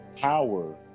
power